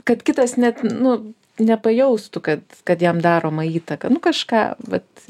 kad kitas net nu nepajaustų kad kad jam daroma įtaka nu kažką vat